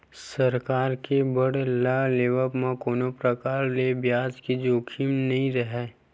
सरकार के बांड ल लेवब म कोनो परकार ले बियाज के जोखिम नइ राहय